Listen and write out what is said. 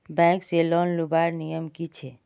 Bank से loan लुबार नियम की छे?